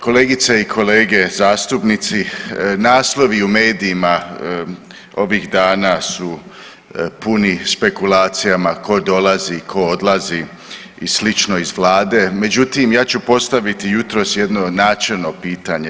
Kolegice i kolege zastupnici naslovi u medijima ovih dana su puni spekulacijama tko dolazi, tko odlazi i slično iz vlade, međutim ja ću postaviti jutros jedno načelno pitanje.